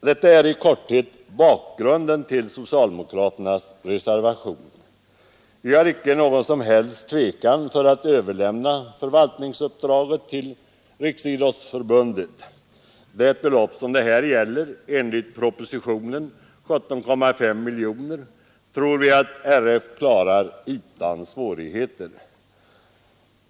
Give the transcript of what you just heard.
Detta är i korthet bakgrunden till socialdemokraternas reservation. Vi hyser icke någon som helst tvekan att överlämna förvaltningsansvaret till RF. Förvaltningen av det belopp som det här gäller — enligt propositionen 17,5 miljoner — tror vi att RF klarar utan svårighet.